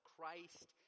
Christ